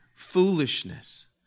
foolishness